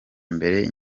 mbere